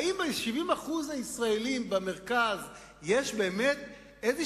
האם ל-70% הישראלים שבמרכז יש באמת איזו